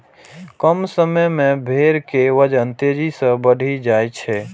कम समय मे भेड़ के वजन तेजी सं बढ़ि जाइ छै